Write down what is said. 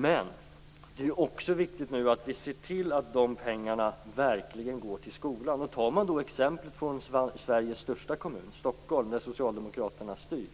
Men det är nu viktigt att vi ser till att pengarna verkligen går till skolan. I Sveriges största kommun, Stockholm, där Socialdemokraterna styr,